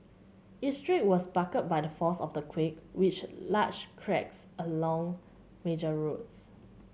its street was buckled by the force of the quake with large cracks along major roads